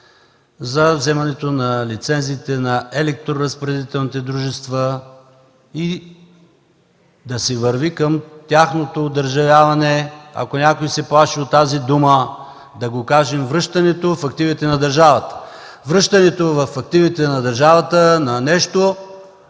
за вземането на лиценза на електроразпределителните дружества и да се върви към тяхното одържавяване. Ако някой се плаши от тази дума, да го кажем: връщането в активите на държавата. Връщането в активите на държавата на нещо,